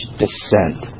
descent